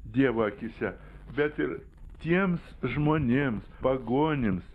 dievo akyse bet ir tiems žmonėms pagonims